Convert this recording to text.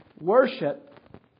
worship